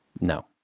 No